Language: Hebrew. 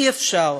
אי-אפשר.